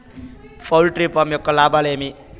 poultry farm యొక్క లాభాలు ఏమి